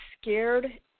scared